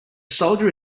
soldier